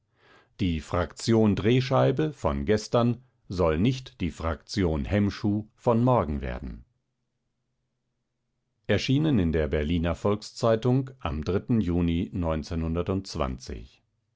die fraktion drehscheibe von gestern soll nicht die fraktion hemmschuh von morgen werden berliner volkszeitung am juni